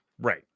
Right